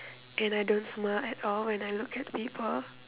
and I don't smile at all when I look at people